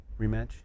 rematch